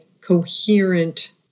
coherent